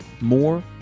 more